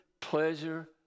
pleasure